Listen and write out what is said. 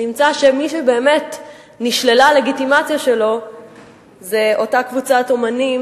נמצא שמי שבאמת נשללה הלגיטימציה שלה זו אותה קבוצת אמנים